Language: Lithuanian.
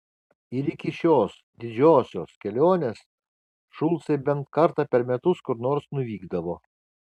ir iki šios didžiosios kelionės šulcai bent kartą per metus kur nors nuvykdavo